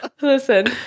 Listen